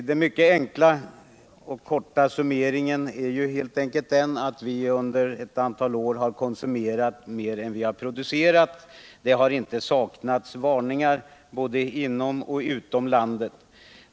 Den mycket enkla och korta summeringen är att vi under ett antal år konsumerat mer än vi har producerat. Det har inte saknats varningar vare sig inom eller utom landet.